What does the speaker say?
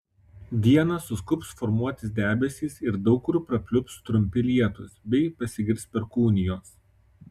dieną suskubs formuotis debesys ir daug kur prapliups trumpi lietūs bei pasigirs perkūnijos